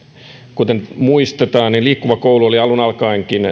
kuten muistetaan liikkuva koulu oli alun alkaenkin